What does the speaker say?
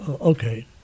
okay